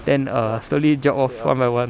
then err slowly drop off one by one